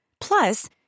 Plus